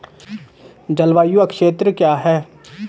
जलवायु क्षेत्र क्या है?